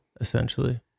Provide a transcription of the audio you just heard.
essentially